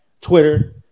Twitter